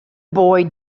boy